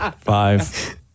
Five